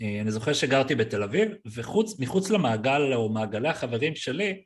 אני זוכר שגרתי בתל אביב, ומחוץ למעגל ומעגלי החברים שלי...